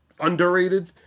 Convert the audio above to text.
underrated